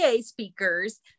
speakers